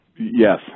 Yes